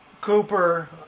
Cooper